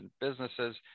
businesses